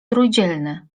trójdzielny